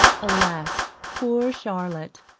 alas poor charlotte,